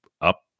up